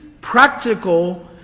practical